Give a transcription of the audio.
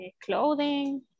clothing